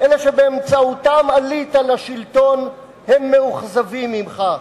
אלה שבאמצעותם עלית לשלטון, הם מאוכזבים ממך.